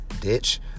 ditch